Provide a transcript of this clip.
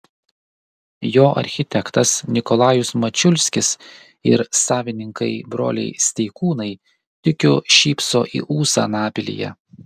jo architektas nikolajus mačiulskis ir savininkai broliai steikūnai tikiu šypso į ūsą anapilyje